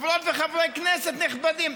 חברות וחברי כנסת נכבדים,